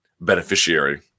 beneficiary